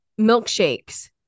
milkshakes